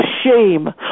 shame